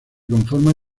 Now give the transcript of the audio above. conforma